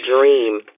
dream